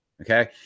Okay